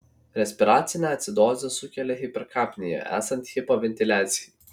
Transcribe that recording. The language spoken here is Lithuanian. respiracinę acidozę sukelia hiperkapnija esant hipoventiliacijai